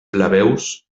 plebeus